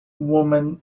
woman